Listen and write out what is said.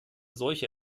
solche